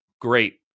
great